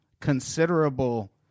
considerable